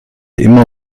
immer